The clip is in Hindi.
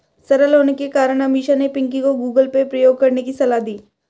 सरल होने के कारण अमीषा ने पिंकी को गूगल पे प्रयोग करने की सलाह दी